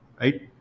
right